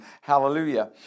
Hallelujah